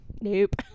nope